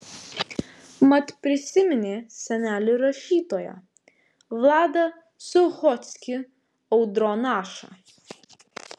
mat prisiminė senelį rašytoją vladą suchockį audronašą